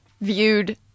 viewed